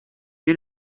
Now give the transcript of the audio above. you